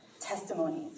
testimonies